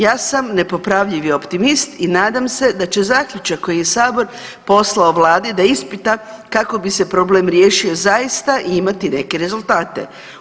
Ja sam nepopravljivi optimist i nadam se da će zaključak koji je sabor poslao vladi da ispita kako bi se problem riješio zaista imati i neke rezultate.